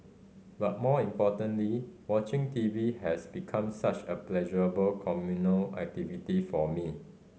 but more importantly watching T V has become such a pleasurable communal activity for me